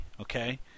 okay